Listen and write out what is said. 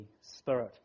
Spirit